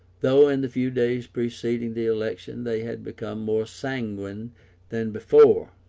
though in the few days preceding the election they had become more sanguine than before.